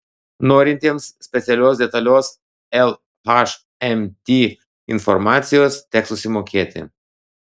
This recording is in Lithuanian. norintiems specialios detalios lhmt informacijos teks susimokėti